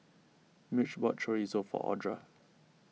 Mitch bought Chorizo for Audra